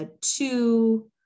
two